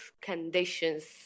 conditions